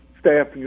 staff